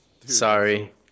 sorry